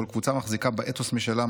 כל קבוצה מחזיקה באתוס משלה,